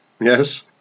Yes